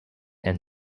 and